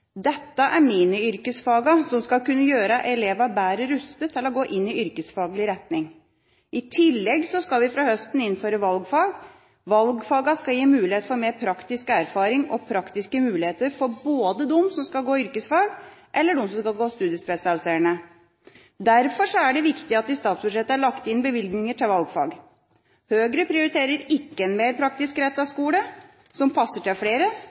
Dette er miniyrkesfagene som skal kunne gjøre elevene bedre rustet til å gå inn i yrkesfaglig retning. I tillegg skal vi fra høsten innføre valgfag. Valgfagene skal gi mulighet for mer praktisk erfaring og praktiske muligheter både for dem som skal gå på yrkesfag, og for dem som skal gå studiespesialiserende. Derfor er det viktig at det i statsbudsjettet er lagt inn bevilgninger til valgfag. Høyre prioriterer ikke en mer praktisk rettet skole som passer til flere,